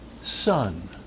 son